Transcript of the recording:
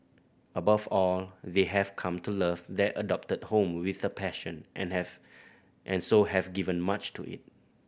above all they have come to love their adopted home with a passion and have and so have given much to it